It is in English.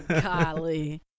Golly